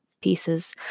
pieces